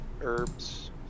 herbs